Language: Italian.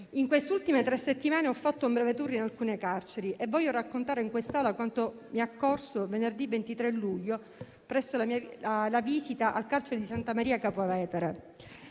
in queste ultime tre settimane ho fatto un breve *tour* in alcune carceri. Voglio raccontare in quest'Aula ciò che mi è occorso venerdì 23 luglio, durante la visita al carcere di Santa Maria Capua Vetere.